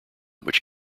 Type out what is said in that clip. which